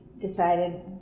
decided